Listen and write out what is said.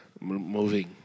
moving